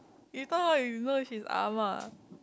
if not how he know she's ah ma